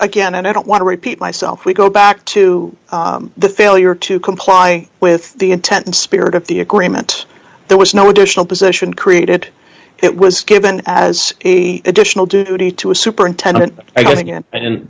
again i don't want to repeat myself we go back to the failure to comply with the intent and spirit of the agreement there was no additional position created it was given as a additional duty to a superintendent i think and